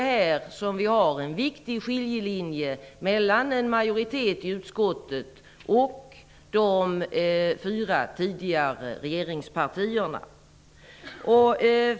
Här finns en viktig skiljelinje mellan majoriteten i utskottet och de fyra tidigare regeringspartierna.